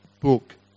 book